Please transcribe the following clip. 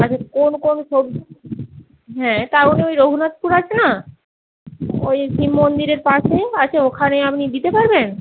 কোন কোন সবজি হ্যাঁ তাহলে ওই রঘুনাথপুর আছে না ওই শিব মন্দিরের পাশেই আছে ওখানে আপনি দিতে পারবেন